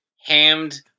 Hammed